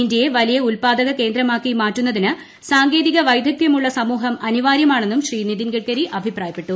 ഇന്ത്യയെ വലിയ ഉൽപാദക കേന്ദ്രമാക്കി മാറ്റുന്നതിന് സാങ്കേതിക വൈദഗ്ധ്യമുളള സമൂഹം അനിവാര്യമാണെന്നും ശ്രീ നിതിൻ ഗഡ്കരി അഭിപ്രായപ്പെട്ടു